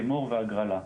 הימור והגרלה.